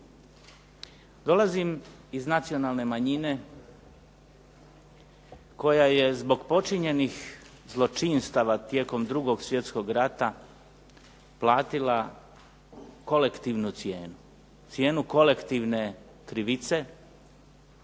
Dolazim iz nacionalne manjine koja je zbog počinjenih zločinstava tijekom drugog svjetskog rata platila kolektivnu cijenu, cijenu kolektivne krivice,